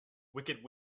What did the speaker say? wicked